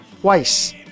twice